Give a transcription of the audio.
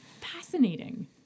fascinating